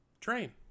train